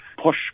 push